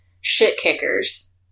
shit-kickers